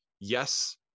Yes